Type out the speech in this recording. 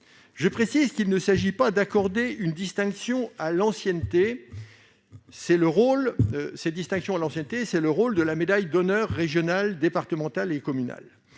de traitement ? Il ne s'agit pas d'accorder une distinction à l'ancienneté, c'est là le rôle de la médaille d'honneur régionale, départementale et communale.